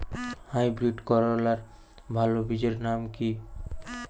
Hybrid করলার ভালো বীজের নাম কি?